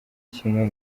kimwe